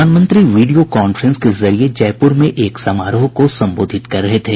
प्रधानमंत्री video conference के जरिये जयप्र में एक समारोह को संबोधित कर रहे थे